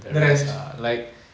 the rest